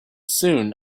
soon